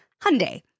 Hyundai